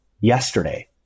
yesterday